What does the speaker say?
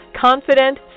Confident